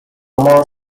more